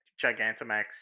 Gigantamax